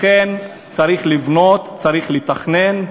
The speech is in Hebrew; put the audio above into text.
לכן צריך לבנות, צריך לתכנן.